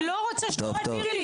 אני לא רוצה שתסבירי לי.